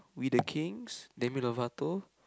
We the Kings Demi-Lovato